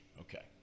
Okay